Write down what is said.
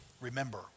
remember